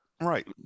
Right